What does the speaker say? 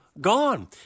gone